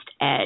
edge